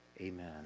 amen